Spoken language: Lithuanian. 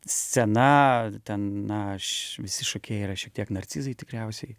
scena ten na aš visi šokėjai yra šiek tiek narcizai tikriausiai